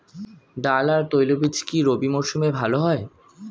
ডাল আর তৈলবীজ কি রবি মরশুমে ভালো হয়?